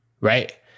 right